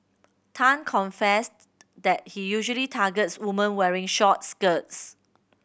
Tan confessed that he usually targets women wearing short skirts